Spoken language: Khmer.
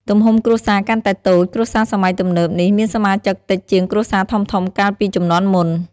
ទំហំគ្រួសារកាន់តែតូចគ្រួសារសម័យទំនើបនេះមានសមាជិកតិចជាងគ្រួសារធំៗកាលពីជំនាន់មុន ។